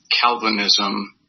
Calvinism